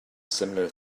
similar